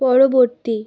পরবর্তী